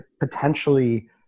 potentially